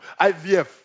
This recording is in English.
IVF